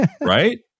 Right